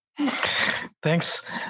Thanks